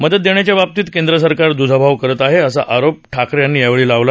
मदत देण्याच्या बाबतीत केंद्रसरकार दजाभाव करत आहे असा आरोप ठाकरे यांनी यावेळी केला